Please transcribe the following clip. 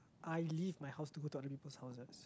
I leave my house to go to other people's houses